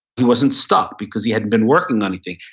he wasn't stuck because he hadn't been working on anything.